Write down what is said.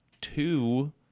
Two